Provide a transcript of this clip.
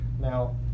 now